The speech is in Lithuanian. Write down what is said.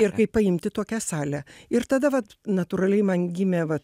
ir kaip paimti tokią salę ir tada vat natūraliai man gimė va